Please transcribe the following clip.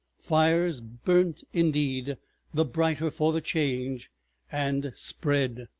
fires burnt indeed the brighter for the change and spread.